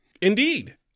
indeed